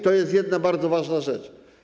To jest jedna bardzo ważna rzecz.